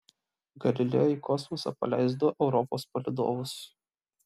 galileo į kosmosą paleis du europos palydovus